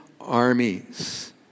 armies